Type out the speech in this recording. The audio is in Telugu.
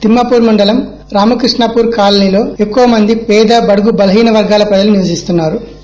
తిమ్మాపూర్ మండలం రామక్రిష్ణ కాలనీలో ఎక్కువ మంది పేద బడుగు బలహీన వర్గాల ప్రజలు నివసిస్తున్నా రు